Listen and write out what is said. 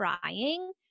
crying